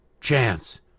chance